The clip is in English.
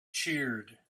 cheered